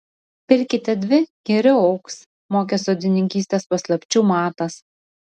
pirkite dvi geriau augs mokė sodininkystės paslapčių matas